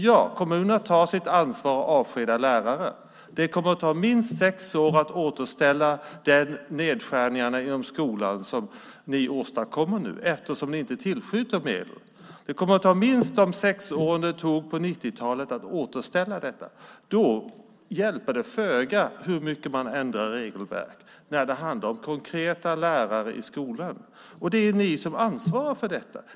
Ja, kommunerna tar sitt ansvar - och avskedar lärare. Det kommer att ta minst sex år att återställa skolan efter de nedskärningar som ni åstadkommer nu eftersom ni inte tillskjuter medel. Det kommer att ta minst de sex år det tog på 90-talet att återställa detta. Det hjälper föga hur mycket man än ändrar regelverken när det handlar om konkreta lärare i skolan. Det är ni som ansvarar för detta.